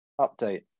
update